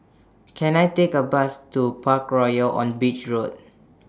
Can I Take A Bus to Parkroyal on Beach Road